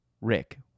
Rick